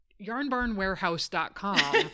yarnbarnwarehouse.com